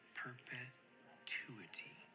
perpetuity